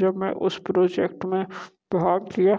जब मैं उस प्रोजेक्ट में पहुँच गया